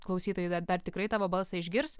klausytojai dar tikrai tavo balsą išgirs